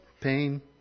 pain